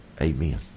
Amen